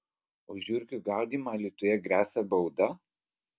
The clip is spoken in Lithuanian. už žiurkių gaudymą alytuje gresia bauda